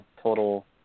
total